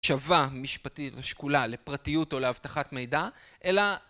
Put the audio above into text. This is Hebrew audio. שווה משפטית ושקולה לפרטיות או לאבטחת מידע, אלא